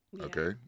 okay